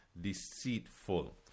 deceitful